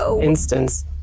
instance